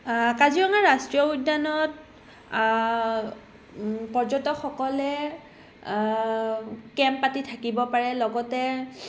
কাজিৰঙা ৰাষ্ট্ৰীয় উদ্যানত পৰ্যটকসকলে কেম্প পাতি থাকিব পাৰে লগতে